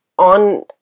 on